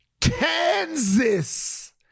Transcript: Kansas